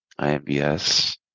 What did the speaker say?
IMBS